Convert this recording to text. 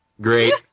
Great